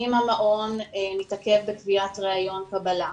אם המעון מתעכב בקביעת ריאיון קבלה,